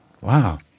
Wow